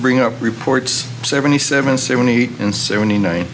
bring up reports seventy seven seventy eight and seventy nine